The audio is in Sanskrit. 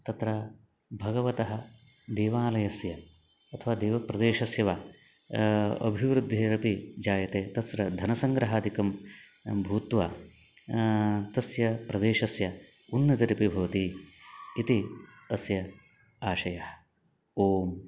तत्र भगवतः देवालयस्य अथवा देवप्रदेशस्य वा अभिवृद्धेरपि जायते तत्र धनसङ्ग्रहादिकं भूत्वा तस्य प्रदेशस्य उन्नतिरपि भवति इति अस्य आशयः ओम्